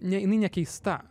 ne jinai nekeista